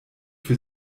für